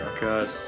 God